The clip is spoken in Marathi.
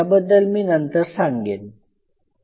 याबद्दल मी नंतर सांगेन